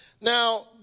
Now